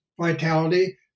vitality